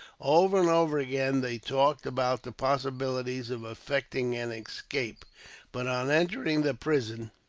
over and over again, they talked about the possibilities of effecting an escape but, on entering the prison,